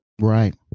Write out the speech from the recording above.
Right